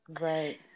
Right